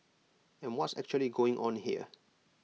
and what's actually going on here